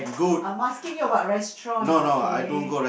I'm asking you about restaurants okay